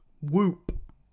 Whoop